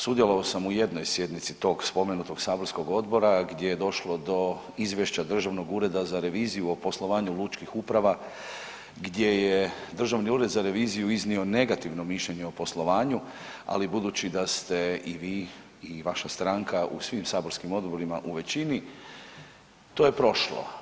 Sudjelovao sam u jednoj sjednici tog spomenutog saborskog odbora gdje je došlo do izvješća Državnog ureda za reviziju o poslovanju lučkih uprava gdje je Državni ured za reviziju iznio negativno mišljenje o poslovanju, ali budući da ste i vi i vaša stranka u svim saborskim odborima u većini to je prošlo.